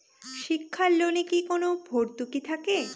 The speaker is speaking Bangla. শিক্ষার লোনে কি কোনো ভরতুকি থাকে?